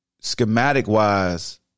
schematic-wise